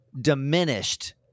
diminished